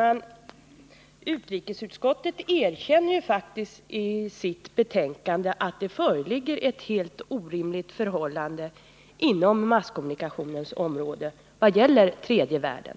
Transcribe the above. Herr talman! Utrikesutskottet erkänner faktiskt i det här betänkandet att förhållandena är helt orimliga inom masskommunikationens område vad gäller tredje världen.